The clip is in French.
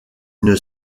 une